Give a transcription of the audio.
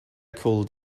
cooled